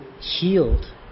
healed